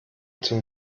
zum